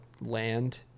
land